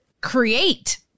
create